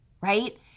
right